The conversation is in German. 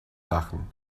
lachen